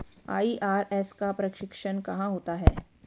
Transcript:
IRS का प्रशिक्षण कहाँ होता है?